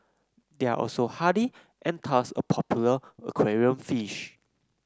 they are also hardy and a popular aquarium fish